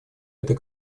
этой